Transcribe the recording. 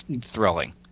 thrilling